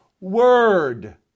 Word